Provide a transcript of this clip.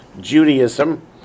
Judaism